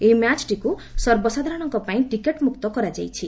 ଏହି ମ୍ ଚ୍ଟିକୁ ସର୍ବସାଧାରଣଙ୍କ ପାଇଁ ଟିକେଟ୍ମୁକ୍ତ କରାଯାଇଛି